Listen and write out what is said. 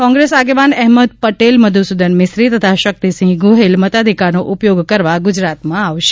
કોંગ્રેસ આગેવાન અહેમદ પટેલ મધુસુદન મિસ્ની તથા શક્તિસિંહ ગોહેલ મતાધિકારનો ઉપયોગ કરવા ગુજરાતમાં આવશે